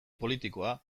politikoa